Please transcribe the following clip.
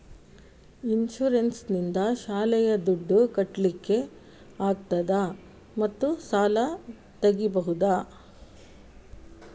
Insurance ನಿಂದ ಶಾಲೆಯ ದುಡ್ದು ಕಟ್ಲಿಕ್ಕೆ ಆಗ್ತದಾ ಮತ್ತು ಸಾಲ ತೆಗಿಬಹುದಾ?